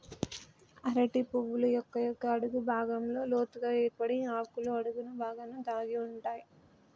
అరటి పువ్వులు మొక్క యొక్క అడుగు భాగంలో లోతుగ ఏర్పడి ఆకుల అడుగు బాగాన దాగి ఉంటాయి